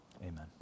Amen